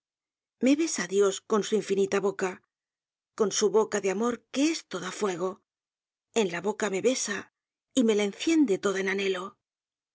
besa dios con su infinita boca con su boca de amor que es toda fuego en la boca me besa y me la enciende toda en anhelo